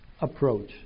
approach